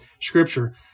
Scripture